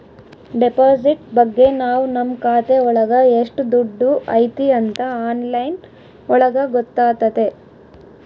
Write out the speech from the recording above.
deposit ಬಗ್ಗೆ ನಾವ್ ನಮ್ ಖಾತೆ ಒಳಗ ಎಷ್ಟ್ ದುಡ್ಡು ಐತಿ ಅಂತ ಆನ್ಲೈನ್ ಒಳಗ ಗೊತ್ತಾತತೆ